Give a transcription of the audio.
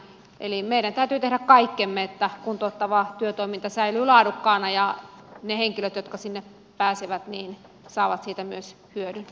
eli meidän täytyy tehdä kaikkemme että kuntouttava työtoiminta säilyy laadukkaana ja ne henkilöt jotka sinne pääsevät saavat siitä myös hyödyn